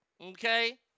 okay